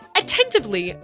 attentively